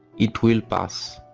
it will pass.